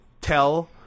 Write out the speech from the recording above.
tell